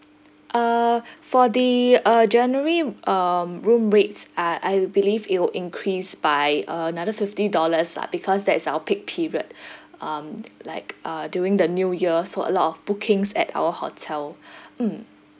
uh for the uh january um room rates uh I believe it'll increase by uh another fifty dollars lah because that is our peak period um like uh during the new year so a lot of bookings at our hotel mm